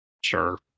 Sure